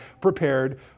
prepared